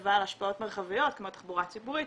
מחשבה על השפעות מרחביות כמו תחבורה ציבורית,